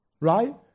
Right